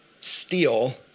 steal